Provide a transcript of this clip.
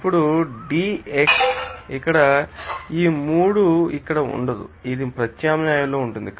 అప్పుడు D xO2 ఇక్కడ ఈ 3 ఇక్కడ ఉండదు ఇది ప్రత్యయం లో ఉంటుంది